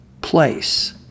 place